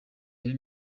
yari